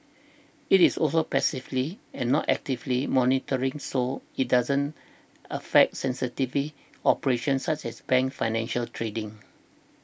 it is also passively and not actively monitoring so it doesn't affect sensitively operations such as a bank's financial trading